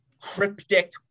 cryptic